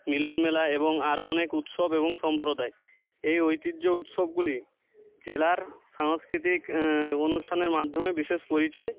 মিলনমেলা এবং আরও অনেক উৎসব এবং সম্প্রদায় এই ঐতিহ্য উৎসবগুলি জেলার সাংস্কৃতিক অনুষ্ঠানের মাধ্যমে বিশেষ পরিচয়